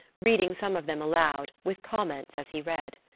reading some of them aloud, with comments as he read.